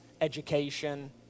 education